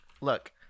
look